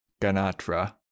Ganatra